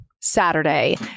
Saturday